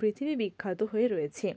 পৃথিবী বিখ্যাত হয়ে রয়েছে